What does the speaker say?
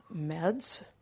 Meds